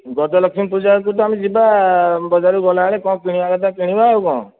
ଗଜଲକ୍ଷ୍ମୀ ପୂଜାକୁ ତ ଆମେ ଯିବା ବଜାରକୁ ଗଲା ବେଳେ କ'ଣ କିଣିବା କଥା କିଣିବା ଆଉ କ'ଣ